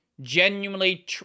genuinely